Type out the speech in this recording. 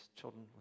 children